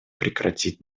прекратить